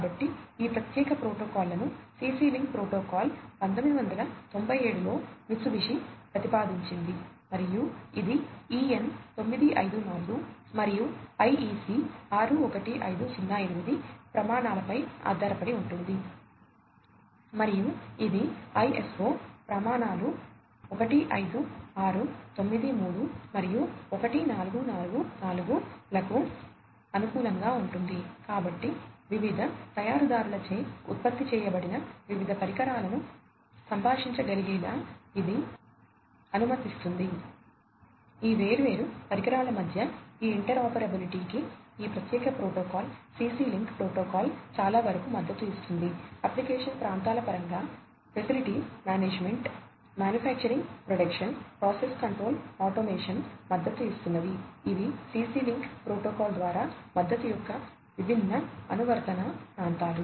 కాబట్టి అన్ని ష్నైడర్ ఎలక్ట్రిక్కు మద్దతు ఇస్తున్నవి ఇవి CC లింక్ ప్రోటోకాల్ ద్వారా మద్దతు యొక్క విభిన్న అనువర్తన ప్రాంతాలు